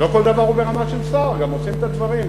לא כל דבר הוא ברמה של שר, גם עושים את הדברים.